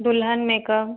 दुल्हन मेकअप